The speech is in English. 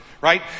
right